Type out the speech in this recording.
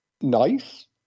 nice